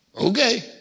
Okay